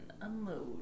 unload